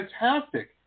fantastic